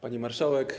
Pani Marszałek!